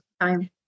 time